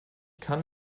kann